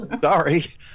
Sorry